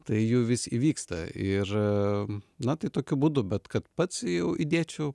tai jų vis įvyksta ir na tai tokiu būdu bet kad pats jau įdėčiau